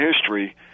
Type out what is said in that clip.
history